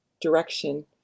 direction